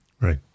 Right